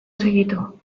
segitu